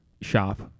shop